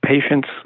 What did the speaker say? patients